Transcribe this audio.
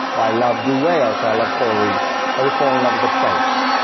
or i love blue whales, or i love coral reefs, or they fall in love with a place.